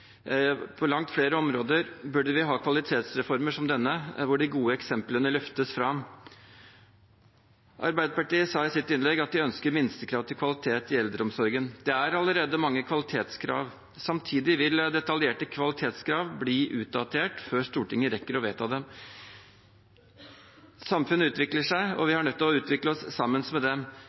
På langt flere områder burde vi ha kvalitetsreformer som denne, hvor de gode eksemplene løftes fram. Arbeiderpartiet sa i sitt innlegg at de ønsker minstekrav til kvalitet i eldreomsorgen. Det er allerede mange kvalitetskrav. Samtidig vil detaljerte kvalitetskrav bli utdatert før Stortinget rekker å vedta dem. Samfunnet utvikler seg, og vi er nødt til å utvikle oss sammen med